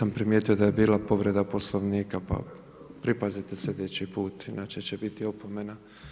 Nisam primijetio da je bila povreda Poslovnika pa pripazite sljedeći put inače će biti opomena.